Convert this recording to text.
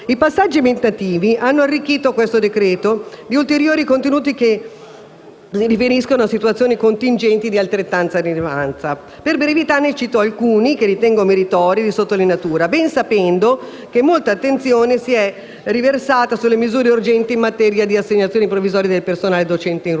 I passaggi emendativi hanno arricchito questo decreto-legge di ulteriori contenuti che si riferiscono a situazioni contingenti di altrettanta rilevanza. Per brevità ne cito alcuni che ritengo meritori di sottolineatura, ben sapendo che molta attenzione si è riversata sulle misure urgenti in materia di assegnazioni provvisorie del personale docente in ruolo.